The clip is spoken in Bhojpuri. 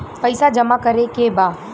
पैसा जमा करे के बा?